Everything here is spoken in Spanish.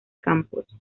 campos